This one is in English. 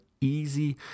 easy